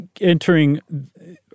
entering